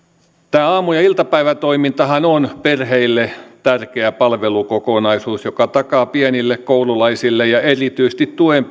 tämä aamu ja iltapäivätoimintahan on perheille tärkeä palvelukokonaisuus joka takaa pienille koululaisille ja erityisesti tuen